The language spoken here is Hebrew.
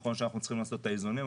נכון שאנחנו צריכים לעשות את האיזונים,